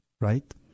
right